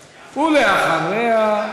ואחריה,